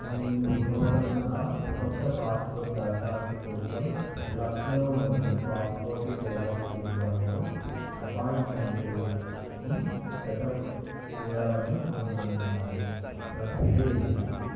నేను గురువారంన కొత్త పాస్పోర్ట్ దరఖాస్తు కోసం లక్నోలోని పాస్పోర్టు సేవా కేంద్రంలో అపాయింట్మెంటుని సెటప్ చేయాలని అనుకుంటున్నాను ప్రక్రియ ఏమిటి